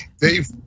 Dave